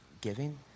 giving